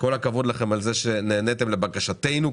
וכל הכבוד שנעניתם לבקשתנו.